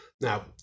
now